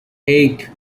eight